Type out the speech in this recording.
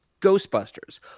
Ghostbusters